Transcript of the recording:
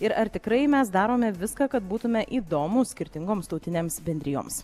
ir ar tikrai mes darome viską kad būtume įdomūs skirtingoms tautinėms bendrijoms